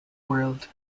world